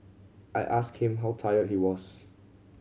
I asked him how tired he was